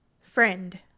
Friend